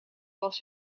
was